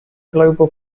global